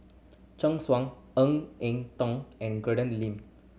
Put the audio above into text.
Chen Sucheng Ng Eng Teng and Lin